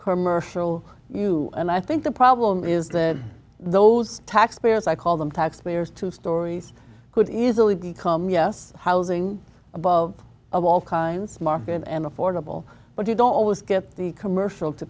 commercial you and i think the problem is that those tax payers i call them tax payers two stories could easily become yes housing of all kinds martin and affordable but you don't always get the commercial to